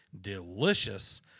delicious